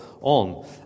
on